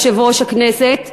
יושב-ראש הכנסת,